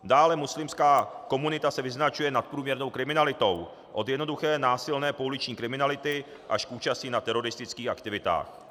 Dále muslimská komunita se vyznačuje nadprůměrnou kriminalitou, od jednoduché násilné pouliční kriminality až k účasti na teroristických aktivitách.